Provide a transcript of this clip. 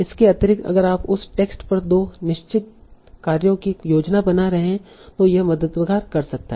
इसके अतिरिक्त अगर आप उस टेक्स्ट पर दो निश्चित कार्यों की योजना बना रहे हैं तो यह मदद कर सकता है